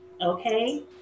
Okay